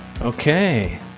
Okay